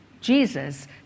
Jesus